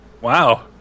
Wow